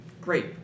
great